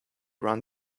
run